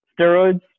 steroids